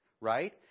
Right